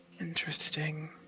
interesting